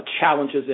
challenges